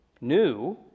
New